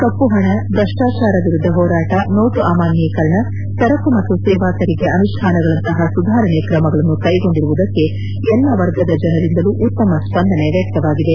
ಕಪ್ಪುಹಣ ಭ್ರಷ್ಟಾಚಾರ ವಿರುದ್ದ ಹೋರಾಟ ನೋಟು ಅಮಾನ್ಜೀಕರಣ ಸರಕು ಮತ್ತು ಸೇವಾ ತೆರಿಗೆ ಅನುಷ್ಠಾನಗಳಂಥ ಸುಧಾರಣೆ ಕ್ರಮಗಳನ್ನು ಕೈಗೊಂಡಿರುವುದಕ್ಕೆ ಎಲ್ಲ ವರ್ಗದ ಜನರಿಂದಲೂ ಉತ್ತಮ ಸ್ಪಂದನೆ ವ್ಲಕ್ತವಾಗಿದೆ